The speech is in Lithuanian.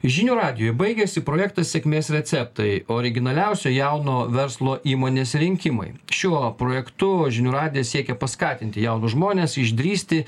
žinių radijuj baigėsi projektas sėkmės receptai originaliausio jauno verslo įmonės rinkimai šiuo projektu žinių radijas siekė paskatinti jaunus žmones išdrįsti